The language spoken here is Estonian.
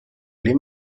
oli